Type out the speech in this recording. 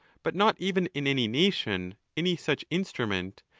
but not even in any nation, any such instrument,